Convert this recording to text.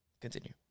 continue